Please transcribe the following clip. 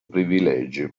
privilegi